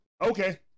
Okay